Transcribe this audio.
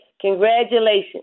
congratulations